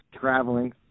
traveling